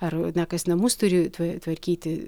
ar na kas namus turi tva tvarkyti